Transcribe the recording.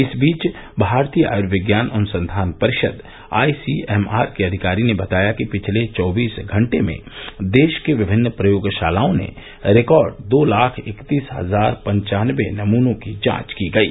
इस बीच भारतीय आयुर्विज्ञान अनुसंघान परिषद आईसीएमआर के अधिकारी ने बताया कि पिछले चौबीस घंटे में देश की विभिन्न प्रयोगशालाओं में रिकार्ड दो लाख इकतीस हजार पंचानबे नमूनों की जांच की गई